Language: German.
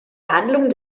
handlung